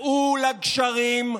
צאו לגשרים,